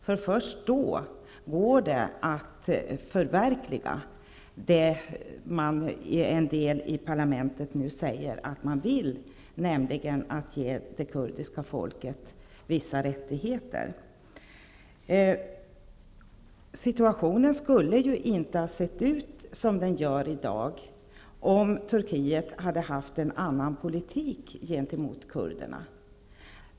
Först då går det att förverkliga det som en del parlamentsledamöter nu säger att de vill, nämligen ge det kurdiska folket vissa rättigheter. Situationen skulle inte ha sett ut som den gör i dag, om Turkiet hade fört en annan politik mot kurderna.